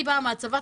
אני באה מהצבא.